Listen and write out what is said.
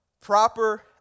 proper